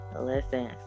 Listen